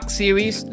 series